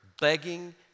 begging